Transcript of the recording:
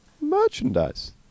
merchandise